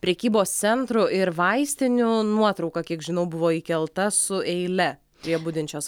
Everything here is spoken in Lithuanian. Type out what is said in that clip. prekybos centrų ir vaistinių nuotrauka kiek žinau buvo įkelta su eile prie budinčios